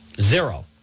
Zero